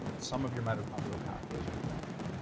some of your mitochondrial pathways are blocked.